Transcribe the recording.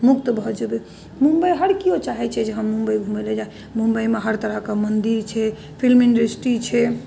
मुक्त भऽ जेबै मुम्बइ हर केओ चाहैत छै जे हम मुम्बइ घूमैले जाइ मुम्बइमे हर तरहके मन्दिर छै फिल्म इंडस्ट्री छै